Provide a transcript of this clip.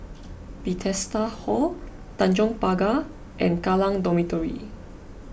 Bethesda Hall Tanjong Pagar and Kallang Dormitory